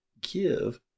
give